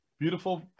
Beautiful